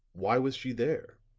why was she there?